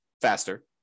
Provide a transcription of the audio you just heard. faster